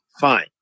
Fine